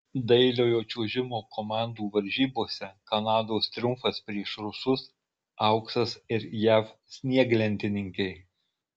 dailiojo čiuožimo komandų varžybose kanados triumfas prieš rusus auksas ir jav snieglentininkei